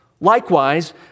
Likewise